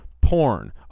porn